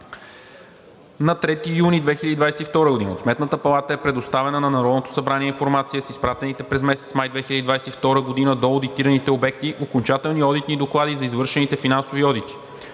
На 3 юни 2022 г. от Сметната палата е предоставена на Народното събрание информация с изпратените през месец май 2022 г. до одитираните обекти окончателни одитни доклади за извършените финансови одити.